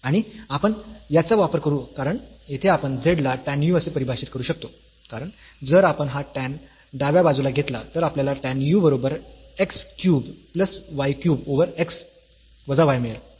आणि आपण याचा वापर करू कारण येथे आपण z ला tan u असे परिभाषित करू शकतो कारण जर आपण हा tan डाव्या बाजूला घेतला तर आपल्याला tan u बरोबर x cube plus y cube over x वजा y मिळेल